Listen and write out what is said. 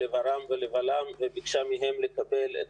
ל-ור"מ ול-ול"מ וביקשה מהם לקבל את